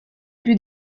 più